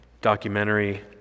documentary